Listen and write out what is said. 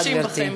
משתמשים בכם.